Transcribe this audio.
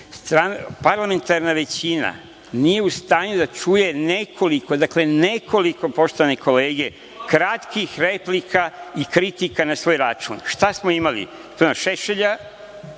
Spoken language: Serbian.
parlamentarna većina nije u stanju da čuje nekoliko, dakle, nekoliko, poštovane kolege, kratkih replika i kritika na svoj račun. Šta smo imali? Šta